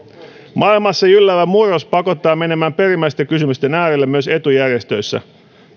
maailmassa jylläävä murros pakottaa menemään perimmäisten kysymysten äärelle myös etujärjestöissä